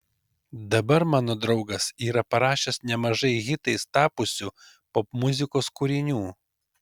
dabar mano draugas yra parašęs nemažai hitais tapusių popmuzikos kūrinių